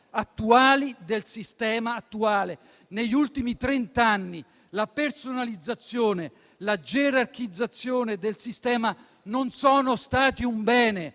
del sistema attuale. Negli ultimi trent'anni la personalizzazione, la gerarchizzazione del sistema non sono stati un bene,